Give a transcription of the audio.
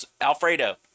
alfredo